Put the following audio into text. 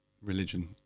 religion